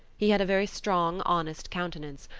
he had a very strong, honest countenance,